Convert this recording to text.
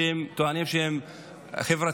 שהם טוענים שהם חברתיים,